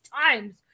times